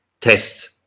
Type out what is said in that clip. test